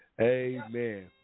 Amen